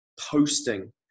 posting